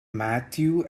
matthew